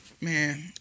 man